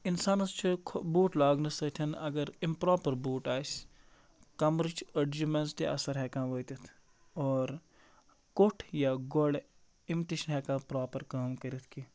اِنسانَس چھُ بوٗٹھ لاگنہٕ سۭتٮ۪ن اگر اِمپرٛپَر بوٗٹ آسہِ کَمرٕچ أڈجہِ منٛز تہِ اَثر ہٮ۪کان وٲتِتھ اور کوٹھ یا گۄڈٕ یِم تہِ چھِنہٕ ہٮ۪کان پرٛاپر کٲم کٔرِتھ کیٚنٛہہ